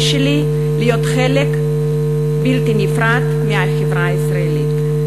שלי להיות חלק בלתי נפרד מהחברה הישראלית.